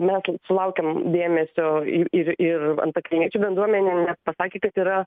mes sulaukiam dėmesio ir ir antakalniečių bendruomenėnes pasakė kad yra